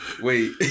wait